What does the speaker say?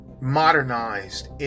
modernized